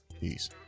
Peace